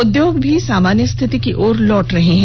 उद्योग भी सामान्य स्थिति की ओर लौट रहे हैं